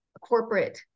corporate